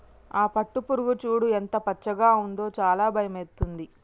ఆ పట్టుపురుగు చూడు ఎంత పచ్చగా ఉందో చాలా భయమైతుంది